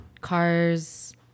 cars